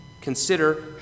Consider